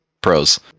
pros